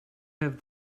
have